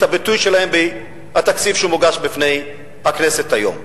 הביטוי שלהן בתקציב שמוגש לפני הכנסת היום?